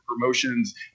promotions